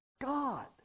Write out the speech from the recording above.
God